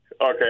Okay